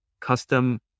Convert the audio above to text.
custom